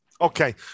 Okay